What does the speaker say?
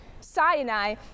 Sinai